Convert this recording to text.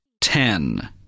TEN